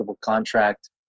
contract